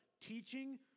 Teaching